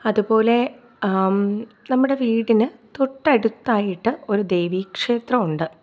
അതുപോലെ നമ്മുടെ വീടിന് തൊട്ടടുത്തായിട്ട് ഒരു ദേവീ ക്ഷേത്രമുണ്ട്